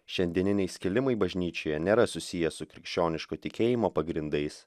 šiandieniniai skilimai bažnyčioje nėra susiję su krikščioniško tikėjimo pagrindais